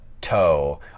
toe